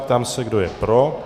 Ptám se, kdo je pro.